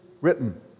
written